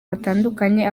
batandukanye